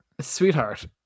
Sweetheart